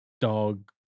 dog